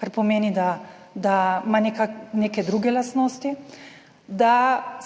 kar pomeni, da ima neke druge lastnosti, da